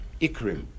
ikrim